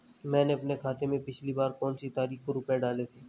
मैंने अपने खाते में पिछली बार कौनसी तारीख को रुपये डाले थे?